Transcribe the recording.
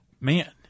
Man